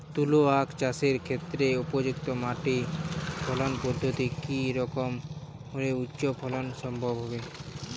তুলো আঁখ চাষের ক্ষেত্রে উপযুক্ত মাটি ফলন পদ্ধতি কী রকম হলে উচ্চ ফলন সম্ভব হবে?